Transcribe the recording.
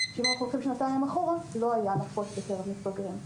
שאם תלכו שנתיים אחורה לא היה בקרב מתבגרים,